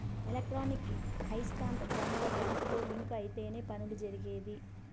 electronic ఐస్కాంత ధ్వనులు బ్యాంకుతో లింక్ అయితేనే పనులు జరిగేది